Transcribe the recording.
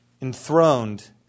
enthroned